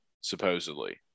supposedly